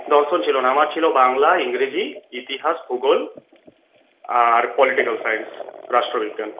দর্শন ছিল না আমার ছিল বাংলা ইংরেজি ইতিহাস ভূগোল আর পলিটিক্যাল সায়েন্স রাষ্ট্রবিজ্ঞান